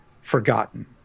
forgotten